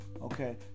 Okay